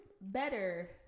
better